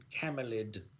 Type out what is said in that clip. camelid